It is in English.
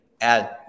add